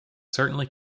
certainly